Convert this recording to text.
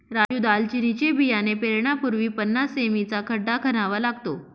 राजू दालचिनीचे बियाणे पेरण्यापूर्वी पन्नास सें.मी चा खड्डा खणावा लागतो